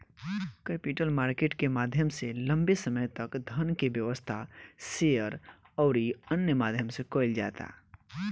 capital market के माध्यम से लंबे समय तक धन के व्यवस्था, शेयर अउरी अन्य माध्यम से कईल जाता